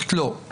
לא.